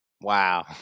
Wow